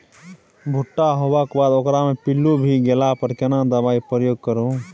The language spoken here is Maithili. भूट्टा होबाक बाद ओकरा मे पील्लू भ गेला पर केना दबाई प्रयोग करू?